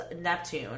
Neptune